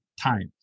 times